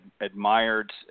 admired